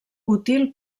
útil